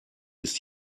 ist